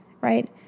right